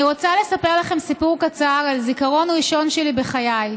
אני רוצה לספר לכם סיפור קצר על זיכרון ראשון שלי בחיי.